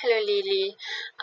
hello lily